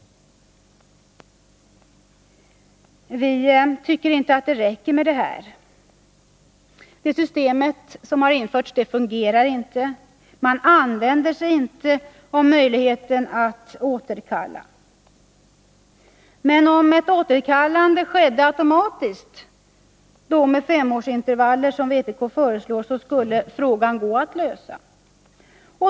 Vi tycker inte att det räcker med det. Det system som har införts fungerar inte: Man använder sig inte av möjligheten att återkalla. Men om ett återkallande av registreringen skedde automatiskt med femårsintervaller som vpk föreslår, skulle det gå att lösa.